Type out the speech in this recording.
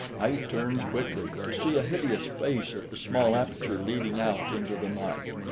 i turned quickly to see a hideous face at the small aperture leading out into the night.